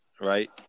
Right